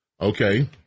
Okay